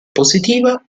positiva